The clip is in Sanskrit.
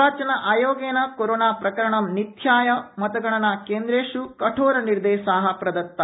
निर्वाचन आयोगेन कोरोनाप्रकरणं निध्याय मतगणनाकेन्द्रेष् कठोरनिर्देशा प्रदता सन्ति